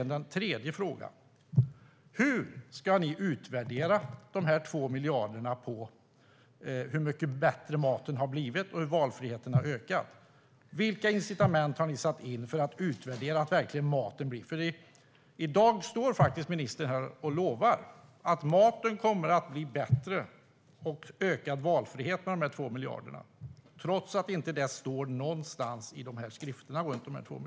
Den tredje frågan är: Hur ska ni utvärdera dessa 2 miljarder, hur mycket bättre maten har blivit och hur valfriheten ökat? Vilka incitament har ni byggt in för att kunna utvärdera att maten verkligen blir bättre? I dag står faktiskt ministern här och lovar att maten kommer att bli bättre och att det ska bli en ökad valfrihet med dessa 2 miljarder, trots att det inte står någonstans i skrift.